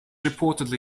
reportedly